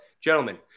gentlemen